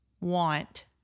Want